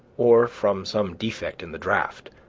or from some defect in the draught,